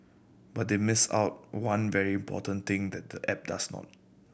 but they missed out one very important thing that the app does more